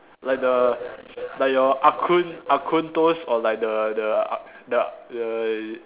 like the like your ah kun ah kun toast or like the the uh the the